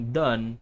done